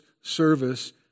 service